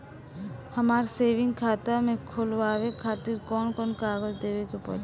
हमार सेविंग खाता खोलवावे खातिर कौन कौन कागज देवे के पड़ी?